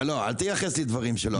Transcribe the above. לא, אל תייחס לי דברים שלא אמרתי.